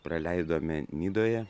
praleidome nidoje